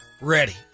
Ready